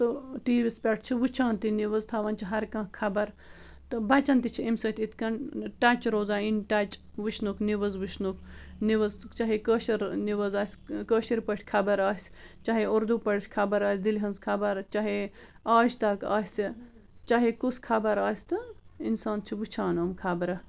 تہٕ ٹی وی یَس پٮ۪ٹھ چھِ وٕچھان تہِ نِوٕز تھاوان چھِ ہر کانٛہہ خبر تہٕ بَچن تہِ چھِ اَمہِ سۭتۍ یِتھ کٔنۍ ٹچ روزان اِن ٹچ وٕچھنُک نِوٕز وٕچھنُک نِوٕز چاہے کٲشِر نِوٕز آسہِ کٲشِر پٲٹھۍ خبر آسہِ چاہے اُردو پٲٹھۍ خبر آسہِ دِلہِ ہٕنٛزۍ خبر چاہے آج تَک آسہِ چاہے کُس خبر آسہِ تہٕ اِنسان چھُ وٕچھان یِم خبرٕ